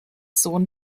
sohn